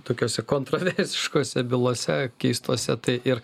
tokiose kontroversiškose bylose keistose tai ir